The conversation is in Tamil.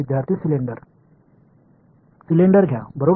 மாணவர்சிலிண்டர் ஒரு சிலிண்டரை எடுத்துக் கொள்ளுங்கள்